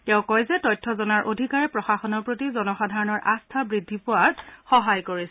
তেওঁ কয় যে তথ্য জনাৰ অধিকাৰে প্ৰশাসনৰ প্ৰতি জনসাধাৰণৰ আস্থা বদ্ধি পোৱাত সহায় কৰিছে